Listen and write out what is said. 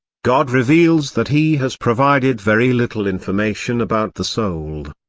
god reveals that he has provided very little information about the soul.